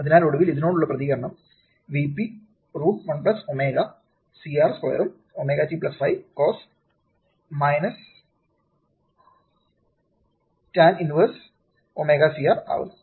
അതിനാൽ ഒടുവിൽ ഇതിനോടുള്ള പ്രതികരണം ഒരു Vp √ 1 ω CR സ്ക്വയറും cos ω t 5 tan inverse ω C R